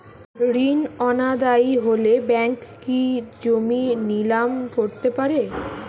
ঋণ অনাদায়ি হলে ব্যাঙ্ক কি জমি নিলাম করতে পারে?